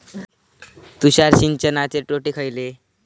तुषार सिंचनाचे तोटे खयले?